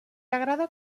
agrada